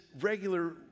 regular